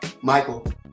Michael